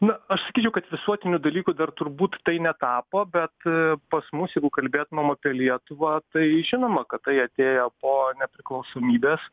na aš sakyčiau kad visuotiniu dalyku dar turbūt tai netapo bet pas mus jeigu kalbėtumėm apie lietuvą tai žinoma kad tai atėjo po nepriklausomybės